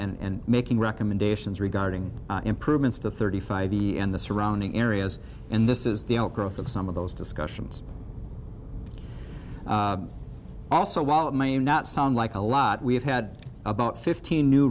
and making recommendations regarding improvements to thirty five b n the surrounding areas and this is the outgrowth of some of those discussions also while it may not sound like a lot we have had about fifteen new